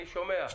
אני שומע.